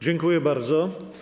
Dziękuję bardzo.